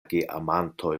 geamantoj